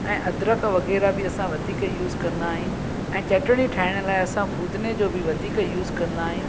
ऐं अदरक वग़ैरह बि असां वधीक यूस कंदा आहियूं ऐं चटणी ठाहीण लाइ असां पूदिने जो बि वधीक यूस कंदा आहियूं